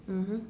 mmhmm